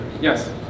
Yes